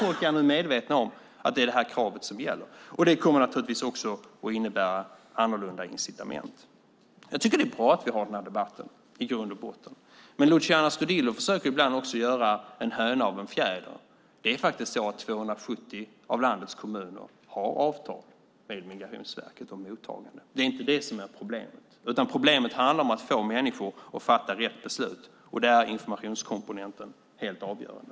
Folk är medvetna om att det är det här kravet som gäller. Det kommer naturligtvis att innebära annorlunda incitament. Jag tycker i grund och botten att det är bra att vi har den här debatten. Men Luciano Astudillo försöker ibland göra en höna av en fjäder. 270 av landets kommuner har avtal med Migrationsverket om mottagande. Det är inte det som är problemet, utan problemet handlar om att få människor att fatta rätt beslut. Där är informationskomponenten helt avgörande.